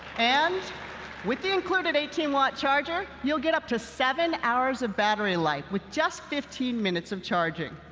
and with the included eighteen watt charger, you'll get up to seven hours of battery life with just fifteen minutes of charging.